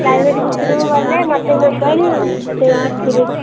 library ଭିତୁରୁକୁ ଗଲେ ମୋତେ ମୋବାଇଲ୍ ଦେଇକି ଯିବେ